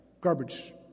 Garbage